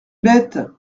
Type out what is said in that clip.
bête